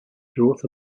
growth